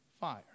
fire